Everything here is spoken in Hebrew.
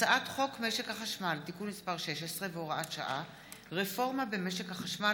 הצעת חוק משק החשמל (תיקון מס' 16 והוראת שעה) (רפורמה במשק החשמל),